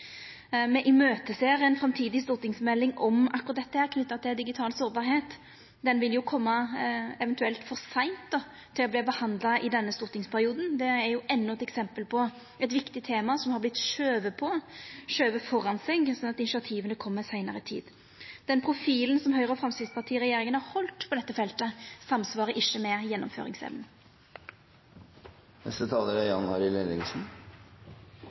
Me ser fram til ei framtidig stortingsmelding om akkurat dette, knytt til digital sårbarheit. Ho vil eventuelt koma for seint til å verta behandla i denne stortingsperioden. Det er endå eit eksempel på eit viktig tema som er vorte skove på, skove føre seg, slik at initiativa kjem seinare i tid. Den profilen Høgre–Framstegsparti-regjeringa har halde på dette feltet, samsvarar ikkje med